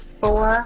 four